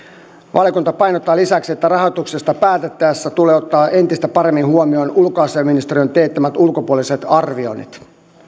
valiokunta painottaa lisäksi että rahoituksesta päätettäessä tulee ottaa entistä paremmin huomioon ulkoasiainministeriön teettämät ulkopuoliset arvioinnit